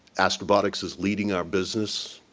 astrobotics is leading our business.